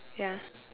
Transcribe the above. ya